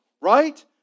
right